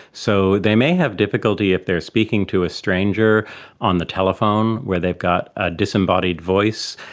so they may have difficulty if they are speaking to a stranger on the telephone where they've got a disembodied voice.